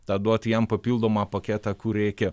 tą duoti jam papildomą paketą kur reikia